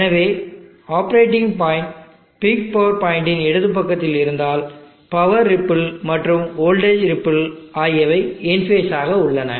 எனவே operating point peak power point இன் இடது பக்கத்தில் இருந்தால் பவர் ரிப்பிள் மற்றும் வோல்டேஜ் ரிப்பிள் ஆகியவை இன் ஃபேஸ் ஆக உள்ளன